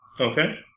Okay